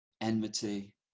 enmity